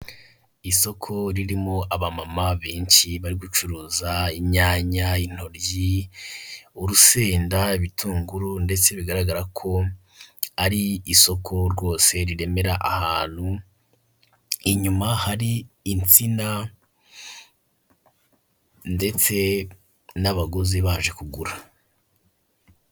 Isoko ririmo abamama benshi bari gucuruza inyanya, intoryi, urusenda, ibitunguru ndetse bigaragara ko ari isoko rwose riremera ahantu inyuma hari insina ndetse n'abaguzi baje kugura.